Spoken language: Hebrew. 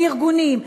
לארגונים,